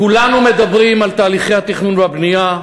כולנו מדברים על תהליכי התכנון והבנייה,